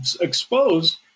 exposed